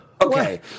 Okay